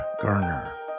Garner